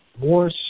more